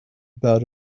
about